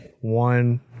one